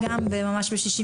לפני משהו כמו 20